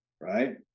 right